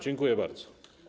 Dziękuję bardzo.